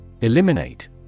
Eliminate